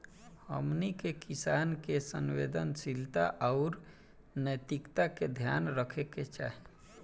हमनी के किसान के संवेदनशीलता आउर नैतिकता के ध्यान रखे के चाही